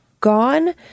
gone